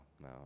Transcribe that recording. no